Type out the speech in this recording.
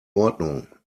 ordnung